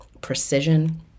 Precision